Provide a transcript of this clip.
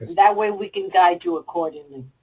that way, we can guide you accordingly.